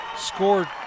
scored